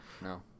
No